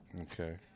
Okay